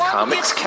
Comics